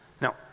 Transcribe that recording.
Now